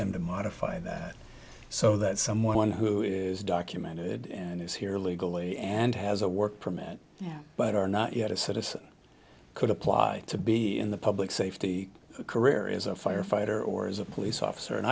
them to modify that so that someone who is documented and is here legally and has a work permit but are not yet a citizen could apply to be in the public safety career is a firefighter or as a police officer and